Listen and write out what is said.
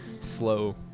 slow